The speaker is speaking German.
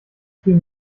viel